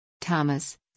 Thomas